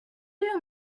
you